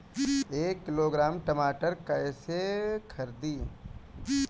एक किलोग्राम टमाटर कैसे खरदी?